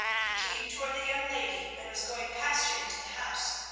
he came toward the young lady and was going past her into the house.